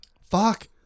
Fuck